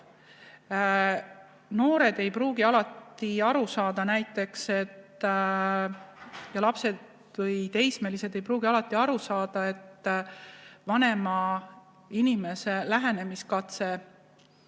Noored ei pruugi alati aru saada ja eriti lapsed, sh teismelised ei pruugi alati aru saada, et vanema inimese lähenemiskatse